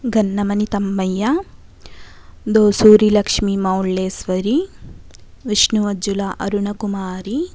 Gannamani Thambayya Dosuri Gowlimowleswari Vishnu Vojjula Aruna Kumari